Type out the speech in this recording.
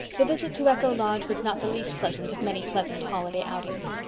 the visit to echo lodge was not the least pleasant of many pleasant holiday outings.